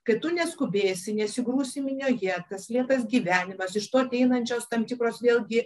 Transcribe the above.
kai tu neskubėsi nesigrūsi minioje tas lėtas gyvenimas iš to ateinančios tam tikros vėlgi